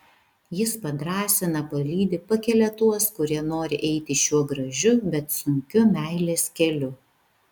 jis padrąsina palydi pakelia tuos kurie nori eiti šiuo gražiu bet sunkiu meilės keliu